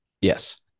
Yes